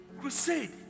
crusade